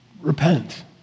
Repent